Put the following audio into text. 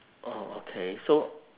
orh okay so